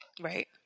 Right